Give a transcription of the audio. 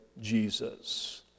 Jesus